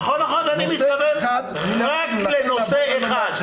נכון, אני מתכוון רק לנושא אחד.